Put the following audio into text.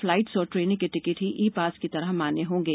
flights और ट्रेनों के टिकट ही ई पास की तरह मान्य होंगे